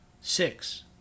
Six